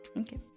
Okay